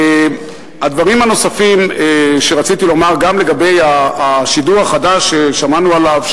הדברים הנוספים שרציתי לומר גם לגבי השידור החדש ששמענו עליו,